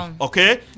okay